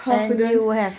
and you have